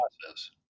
process